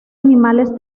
animales